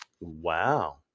Wow